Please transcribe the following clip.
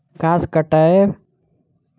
घास काटय बला मशीन एकटा सरल कृषि यंत्र होइत अछि